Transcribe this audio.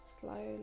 slowly